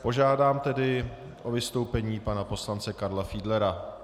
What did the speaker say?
Požádám tedy o vystoupení pana poslance Karla Fiedlera.